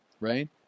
right